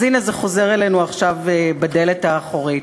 אז הנה, זה חוזר אלינו עכשיו בדלת האחורית.